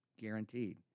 guaranteed